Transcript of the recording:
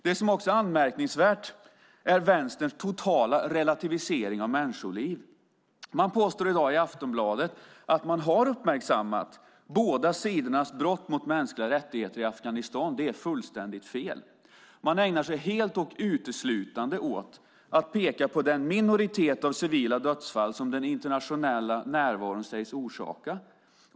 Det som också är anmärkningsvärt är Vänsterns totala relativisering av människoliv. Man påstår i dag i Aftonbladet att man har uppmärksammat båda sidornas brott mot mänskliga rättigheter i Afghanistan. Det är fullständigt fel. Man ägnar sig helt och uteslutande åt att peka på den minoritet av civila dödsfall som den internationella närvaron sägs orsaka.